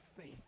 faith